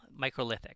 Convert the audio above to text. microlithic